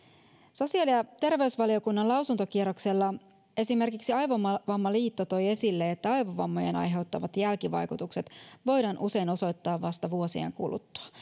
sosiaali ja terveysvaliokunnan lausuntokierroksella esimerkiksi aivovammaliitto toi esille että aivovammojen aiheuttamat jälkivaikutukset voidaan usein osoittaa vasta vuosien kuluttua